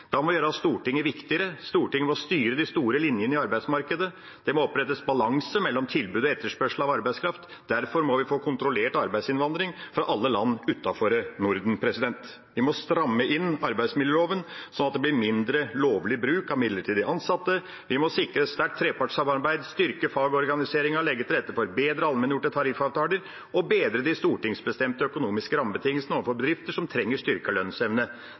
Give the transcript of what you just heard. Da må vi gjøre Stortinget viktigere. Stortinget må styre de store linjene i arbeidsmarkedet. Det må opprettes balanse mellom tilbud og etterspørsel av arbeidskraft. Derfor må vi få på plass en kontrollert arbeidsinnvandring fra alle land utenfor Norden. Vi må stramme inn arbeidsmiljøloven, sånn at det blir mindre og lovlig bruk av midlertidig ansatte. Vi må sikre et sterkt trepartssamarbeid, styrke fagorganiseringen, legge til rette for bedre allmenngjorte tariffavtaler og bedre de stortingsbestemte økonomiske rammebetingelsene for bedrifter som trenger styrket lønnsevne